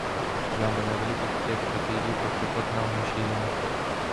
blemba negaliu patikėti kad tai įvyko prie pat namo išėjimo